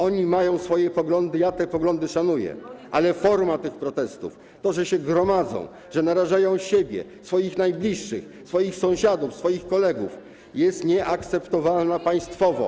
Oni mają swoje poglądy, ja te poglądy szanuję, ale forma tych protestów, to, że się gromadzą, że narażają siebie, swoich najbliższych, swoich sąsiadów, swoich kolegów, jest nieakceptowalne państwowo.